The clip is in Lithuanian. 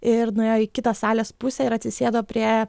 ir nuėjo į kitą salės pusę ir atsisėdo prie